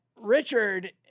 Richard